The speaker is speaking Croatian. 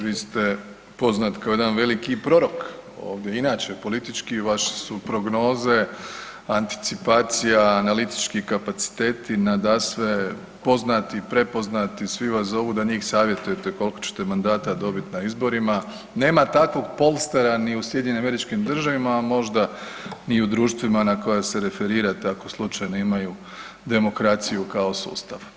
Vi ste poznat kao jedan veliki prorok ovdje inače, politički, vaše su prognoze anticipacija, analitički kapaciteti nadasve poznati i prepoznati, svi vas zovu da njih savjetujete koliko će mandata dobiti na izborima, nema takvog polstera ni u SAD-u a možda ni u društvima na koja se referirate ako slučajno imaju demokraciju kao sustav.